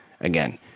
Again